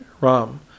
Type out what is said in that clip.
Ram